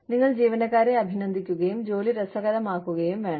നിങ്ങൾ ജീവനക്കാരെ അഭിനന്ദിക്കുകയും ജോലി രസകരമാക്കുകയും വേണം